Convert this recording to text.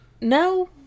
no